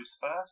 first